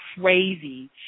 crazy